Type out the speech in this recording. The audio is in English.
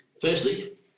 firstly